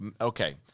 Okay